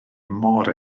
mor